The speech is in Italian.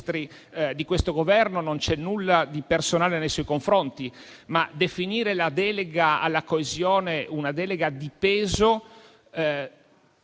Grazie